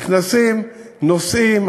נכנסים, נוסעים.